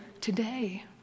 today